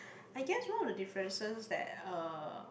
I guess wrong the differences that uh